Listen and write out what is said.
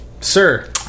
sir